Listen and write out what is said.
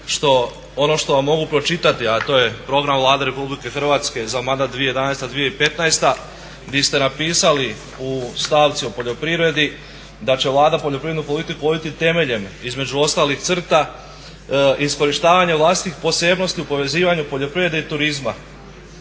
ono što mogu pročitati, a to je program Vlade RH za mandat 2011-2015. gdje ste napisali u stavci o poljoprivredi da će Vlada poljoprivrednu politiku voditi temeljem između ostalih crta iskorištavanjem vlastitih posebnosti u povezivanju poljoprivrede i turizma.